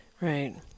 right